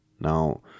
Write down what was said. Now